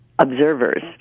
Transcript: observers